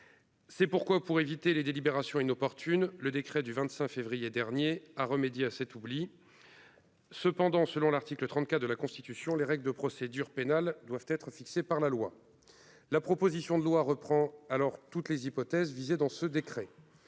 C'est pourquoi, pour éviter les délibérations inopportune, le décret du vingt-cinq février dernier à remédier à cet oubli. Cependant, selon l'article 34 de la Constitution, les règles de procédures pénales doivent être fixées par la loi la proposition de loi reprend alors toutes les hypothèses visés dans ce décret,